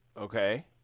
Okay